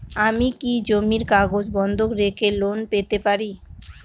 আমি কি জমির কাগজ বন্ধক রেখে লোন পেতে পারি?